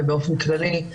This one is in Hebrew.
באופן כללי,